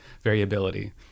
variability